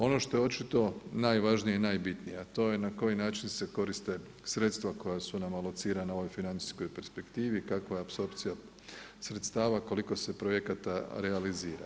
Ono što je očito najvažnije i najbitnije a to je na koji način se koriste sredstva koja su nam valocirana u ovoj financijskoj perspektivi, kakva je apsorpcija sredstava, koliko se projekata realizira.